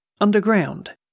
underground